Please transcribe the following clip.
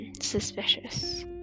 suspicious